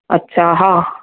अच्छा हा